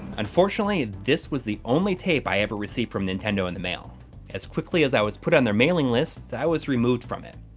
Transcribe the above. unfortunately, this was the only tape i ever received from nintendo in the mail as quickly as i was put on their mailing list, i was removed from it.